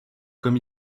comme